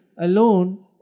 alone